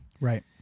Right